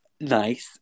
nice